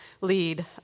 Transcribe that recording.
lead